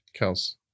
Kels